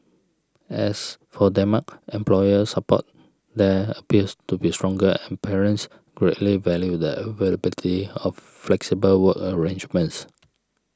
as for Denmark employer support there appears to be stronger and parents greatly value the availability of flexible work arrangements